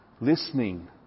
listening